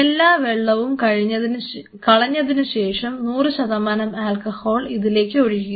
എല്ലാ വെള്ളവും കളഞ്ഞതിനുശേഷം 100 ആൽക്കഹോൾ ഇതിലേക്ക് ഒഴിക്കുക